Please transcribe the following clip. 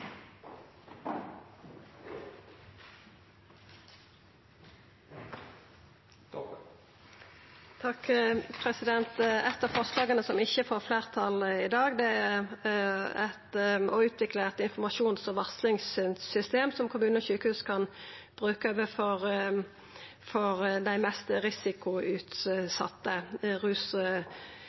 av forslaga som ikkje får fleirtal i dag, handlar om å utvikla eit informasjons- og varslingssystem som kommunar og sjukehus kan bruka for dei mest risikoutsette